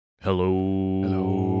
Hello